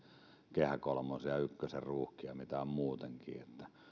kehä kolmosen ja ykkösen ruuhkissa mitä on muutenkin